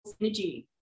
energy